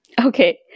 Okay